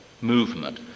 movement